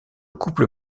couple